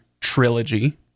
trilogy